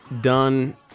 done